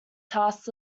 task